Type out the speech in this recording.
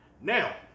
Now